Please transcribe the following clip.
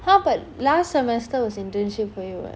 ha but last semester was internship for you what